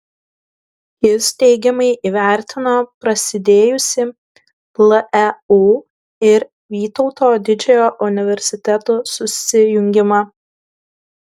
jis teigiamai įvertino prasidėjusį leu ir vytauto didžiojo universitetų susijungimą